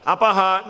Apaha